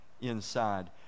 inside